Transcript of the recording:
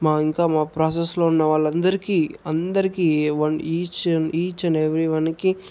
మా ఇంకా మా ప్రాసెస్లో ఉన్న వాళ్ళందరికీ అందరికీ వన్ ఈచ్ ఈచ్ అండ్ ఎవిరీవన్కి